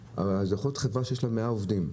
זו יכולה להיות חברה שיש לה 100 עובדים,